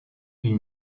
une